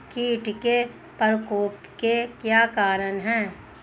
कीट के प्रकोप के क्या कारण हैं?